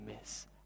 miss